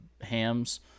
hams